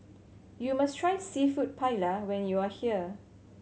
you must try Seafood Paella when you are here